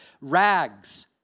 rags